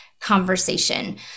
conversation